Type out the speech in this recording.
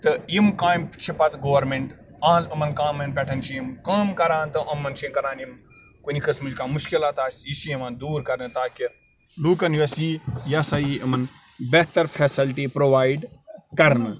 تہٕ یِم کامہِ چھِ پَتہٕ گورمیٚنٛٹ آز یِمَن کامیٚن پٮ۪ٹھ چھِ یِم کٲم کران تہٕ یِمَن چھِ کران یِم کُنہِ قسمٕچۍ کانٛہہ مشکلات آسہِ یہِ چھِ یِوان دوٗر کرنہٕ تاکہِ لوٗکَن یۄس یی یہِ ہسا یی یِمَن بہتر فیسَلٹی پرٛووَایڈ کرنہٕ